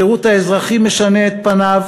השירות האזרחי משנה את פניו,